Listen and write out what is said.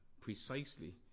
precisely